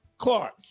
Clark